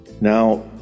Now